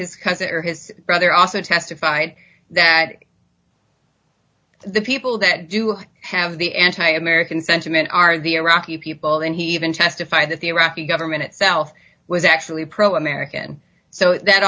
his cousin or his brother also testified that the people that do have the anti american sentiment are the iraqi people and he even testified that the iraqi government itself was actually pro american so that